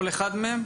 כל אחד מהם?